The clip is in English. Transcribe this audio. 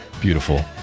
beautiful